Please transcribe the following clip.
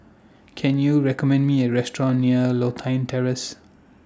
Can YOU recommend Me A Restaurant near Lothian Terrace